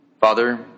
Father